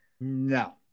no